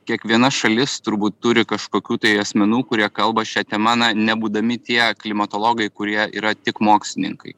kiekviena šalis turbūt turi kažkokių tai asmenų kurie kalba šia tema na nebūdami tie klimatologai kurie yra tik mokslininkai